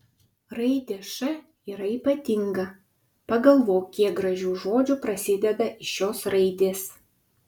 raidė š yra ypatinga pagalvok kiek gražių žodžių prasideda iš šios raidės